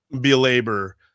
belabor